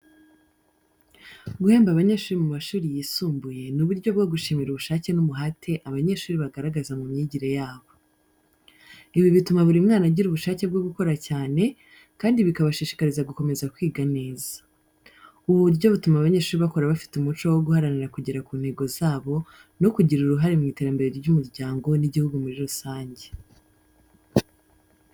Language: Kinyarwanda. Guhemba abanyeshuri mu mashuri yisumbuye ni uburyo bwo gushimira ubushake n’umuhate abanyeshuri bagaragaza mu myigire yabo. Ibi bituma buri mwana agira ubushake bwo gukora cyane, kandi bikabashishikariza gukomeza kwiga neza. Ubu buryo butuma abanyeshuri bakura bafite umuco wo guharanira kugera ku ntego zabo no kugira uruhare mu iterambere ry’umuryango n’igihugu muri rusange.